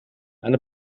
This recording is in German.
eine